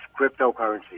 cryptocurrency